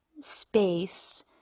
space